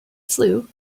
flue